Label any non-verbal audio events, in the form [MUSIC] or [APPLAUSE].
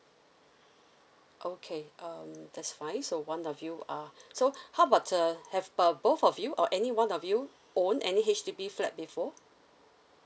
okay um that's fine so one of you are [BREATH] so [BREATH] how about uh have uh both of you or anyone of you own any H_D_B flat before